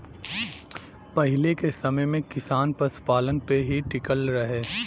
पहिले के समय में किसान पशुपालन पे ही टिकल रहे